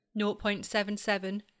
0.77